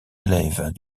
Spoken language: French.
élèves